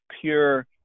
pure